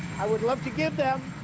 i would love to give them,